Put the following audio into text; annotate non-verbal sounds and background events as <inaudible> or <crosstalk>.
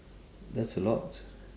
that's a lot <noise>